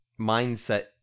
mindset